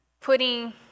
putting